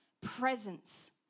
presence